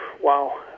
Wow